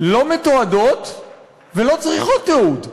לא מתועדות ולא צריכות תיעוד,